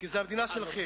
כי זאת המדינה שלכם.